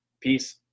Peace